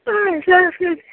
छै सभकिछु